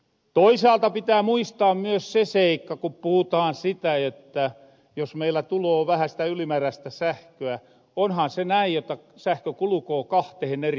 toisaalta pitää muistaa myös se seikka ku puhutaan sitä että jos meillä tuloo vähä sitä ylimäärästä sähköä onhan se näin jotta sähkö kulukoo kahtehen eri suuntahan